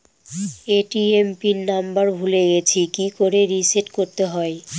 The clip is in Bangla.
এ.টি.এম পিন নাম্বার ভুলে গেছি কি করে রিসেট করতে হয়?